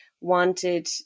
wanted